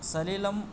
सलिलं